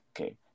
Okay